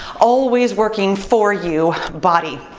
always working for you body.